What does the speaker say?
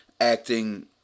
acting